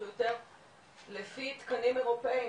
לפי תקנים אירופאים,